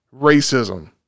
racism